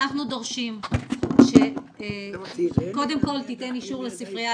אנחנו דורשים שקודם כל תיתן אישור לספרייה